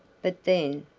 but then,